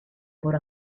por